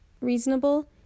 reasonable